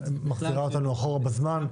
מחזירה אותנו אחורה בזמן,